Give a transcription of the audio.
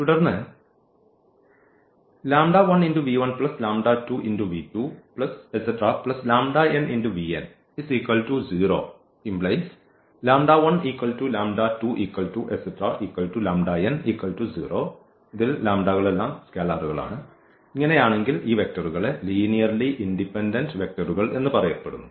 തുടർന്ന് എങ്കിൽ ഈ വെക്റ്ററുകളെ ലീനിയർലി ഇൻഡിപെൻഡന്റ് വെക്ടറുകൾ എന്ന് പറയപ്പെടുന്നു